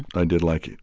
i did, like,